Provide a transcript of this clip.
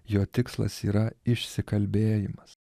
jo tikslas yra išsikalbėjimas